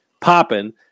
popping